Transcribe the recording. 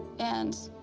and